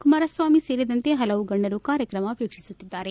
ಕುಮಾರಸ್ವಾಮಿ ಸೇರಿದಂತೆ ಹಲವು ಗಣ್ಣರು ಕಾರ್ಯಕ್ರಮ ವೀಕ್ಷಿಸುತ್ತಿದ್ದಾರೆ